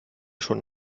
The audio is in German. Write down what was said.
schon